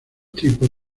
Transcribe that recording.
tipos